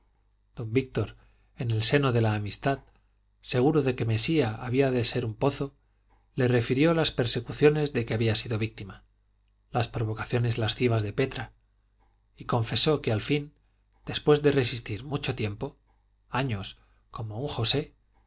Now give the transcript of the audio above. víctor en el seno de la amistad seguro de que mesía había de ser un pozo le refirió las persecuciones de que había sido víctima las provocaciones lascivas de petra y confesó que al fin después de resistir mucho tiempo años como un josé